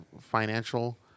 financial